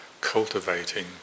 cultivating